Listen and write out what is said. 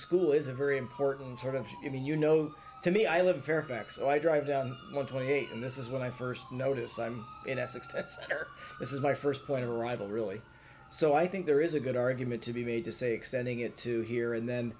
school is a very important sort of given you know to me i live in fairfax so i drive down one twenty eight and this is when i first notice i'm in essex that's turk this is my first point of arrival really so i think there is a good argument to be made to say extending it to here and then